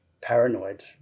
paranoid